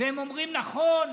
והם אומרים: נכון,